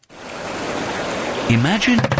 Imagine